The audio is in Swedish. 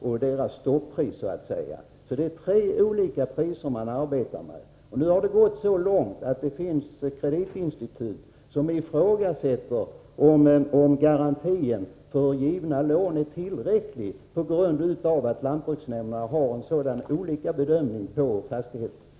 Man arbetar således med tre olika priser, och nu har det gått så långt att det finns kreditinstitut som ifrågasätter om garantin för givna lån är tillräcklig — på grund av att lantbruksnämnderna har så olika bedömningar beträffande fastighetsvärdena.